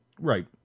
Right